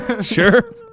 Sure